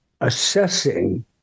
assessing